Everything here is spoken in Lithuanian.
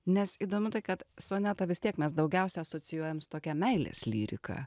nes įdomu tai kad sonetą vis tiek mes daugiausia asocijuojam su tokia meilės lyrika